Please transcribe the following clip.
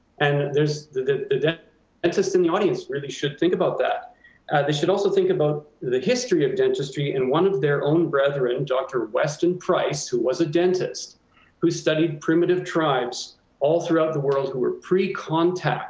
and there's the the dentists in the audience really should think about that. they should also think about the the history of dentistry and one of their own brethren, dr. weston price, who was a dentist who studied primitive tribes all throughout the world who were pre-contact